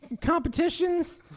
competitions